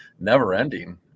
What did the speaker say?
never-ending